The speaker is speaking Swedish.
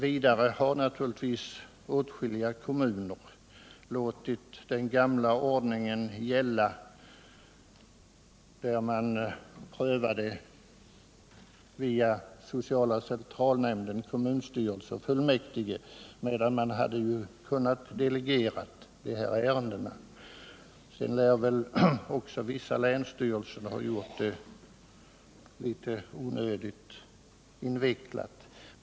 Vidare har åtskilliga kommuner låtit den gamla ordningen gälla med prövning via sociala centralnämnden, kommunstyrelsen och fullmäktige, trots att man hade kunnat delegera dessa ärenden. Vissa länsstyrelser lär också ha gjort det onödigt invecklat.